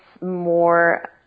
more